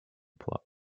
plot